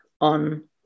on